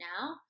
now